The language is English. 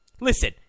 Listen